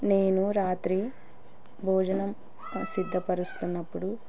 నేను రాత్రి భోజనం సిద్ధపరుస్తున్నప్పుడు